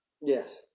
Yes